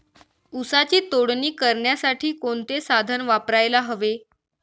ऊसाची तोडणी करण्यासाठी कोणते साधन वापरायला हवे?